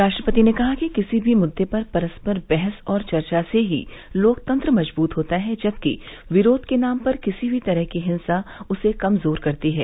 राष्ट्रपति ने कहा कि किसी भी मुद्दे पर परस्पर बहस और चर्चा से ही लोकतंत्र मजबूत होता है जबकि विरोध के नाम पर किसी भी तरह की हिंसा उसे कमजोर करती है